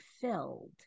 filled